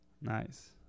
Nice